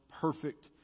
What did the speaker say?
perfect